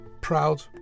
Proud